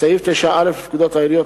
סעיף 9א לפקודת העיריות,